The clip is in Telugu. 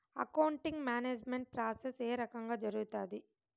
అకౌంటింగ్ మేనేజ్మెంట్ ప్రాసెస్ ఏ రకంగా జరుగుతాది